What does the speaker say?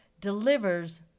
delivers